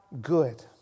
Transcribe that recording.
good